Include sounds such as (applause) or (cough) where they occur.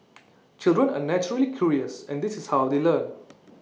(noise) children are naturally curious and this is how they learn